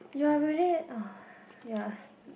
you are really ugh yeah